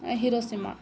Hiroshima